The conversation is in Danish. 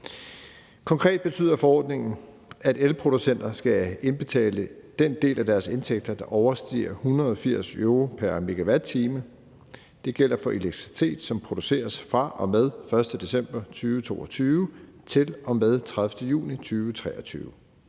Konkret betyder forordningen, at elproducenter skal indbetale den del af deres indtægter, der overstiger 180 euro pr. MWh. Det gælder for elektricitet, som produceres fra og med den 1. december 2022 til og med den 30. juni 2023.